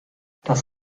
das